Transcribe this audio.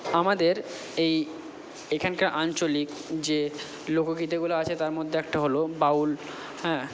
আমাদের এই এখানকার আঞ্চলিক যে লোকগীতিগুলো আছে তার মধ্যে একটা হলো বাউল হ্যাঁ